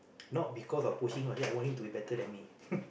not because of pushing I say I want him to be better than me